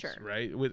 right